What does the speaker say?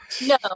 No